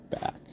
back